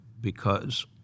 because-